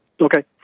Okay